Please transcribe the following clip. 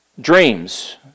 dreams